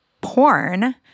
porn